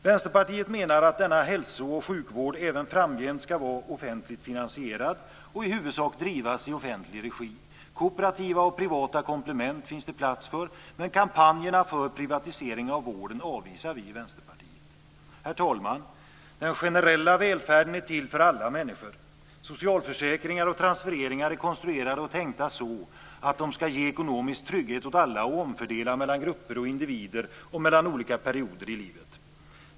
Vänsterpartiet menar att denna hälso och sjukvård även framgent ska vara offentligt finansierad och i huvudsak drivas i offentlig regi. Kooperativa och privata komplement finns det plats för, men kampanjerna för privatisering av vården avvisar vi i Herr talman! Den generella välfärden är till för alla människor. Socialförsäkringar och transfereringar är konstruerade och tänkta så att de ska ge ekonomisk trygghet åt alla och omfördela mellan grupper och individer och mellan olika perioder i livet.